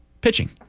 Pitching